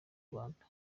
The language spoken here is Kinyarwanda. rwanda